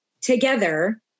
together